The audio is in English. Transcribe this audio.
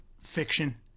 fiction